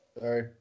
Sorry